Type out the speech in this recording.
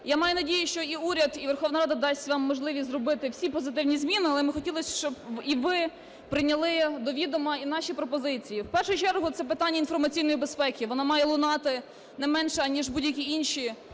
я маю надію, що і уряд, і Верховна Рада дасть вам можливість зробити всі позитивні зміни. Але ми хотіли, щоб і ви прийняли до відома і наші пропозиції. В першу чергу, це питання інформаційної безпеки. Воно має лунати не менше, аніж будь-які інші